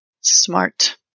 Smart